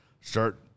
start